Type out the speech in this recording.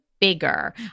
bigger